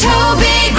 Toby